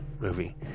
movie